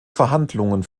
verhandlungen